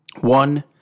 one